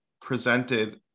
presented